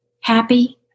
happy